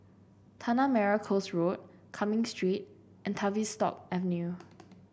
Tanah Merah Coast Road Cumming Street and Tavistock Avenue